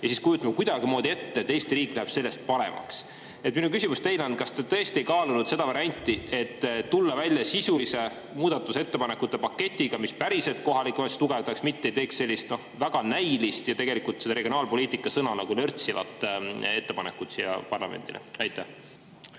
ja siis kujutame ette, et kuidagimoodi Eesti riik läheb sellest paremaks. Minu küsimus teile on: kas te tõesti ei kaalunud seda varianti, et tulla välja sisuliste muudatusettepanekute paketiga, mis päriselt kohalikke omavalitsusi tugevdaks, mitte ei teeks sellist väga näilist ja tegelikult regionaalpoliitika sõna nagu lörtsivat ettepanekut parlamendile? Aitäh!